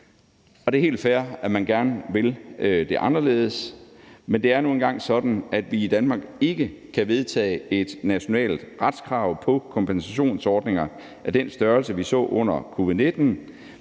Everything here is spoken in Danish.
det er helt fair, at man gerne vil det anderledes, men det er nu engang sådan, at vi i Danmark ikke kan vedtage et nationalt retskrav på kompensationsordninger af den størrelse, vi så under covid-19,